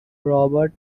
robert